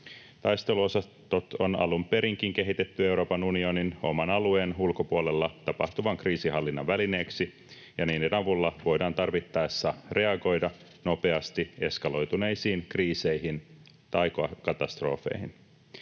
Taisteluosastot on alun perinkin kehitetty Euroopan unionin oman alueen ulkopuolella tapahtuvan kriisinhallinnan välineeksi, ja niiden avulla voidaan tarvittaessa reagoida nopeasti eskaloituneisiin kriiseihin tai katastrofeihin.